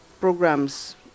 programs